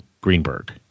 Greenberg